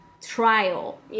trial